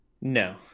No